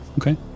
Okay